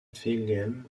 wilhelm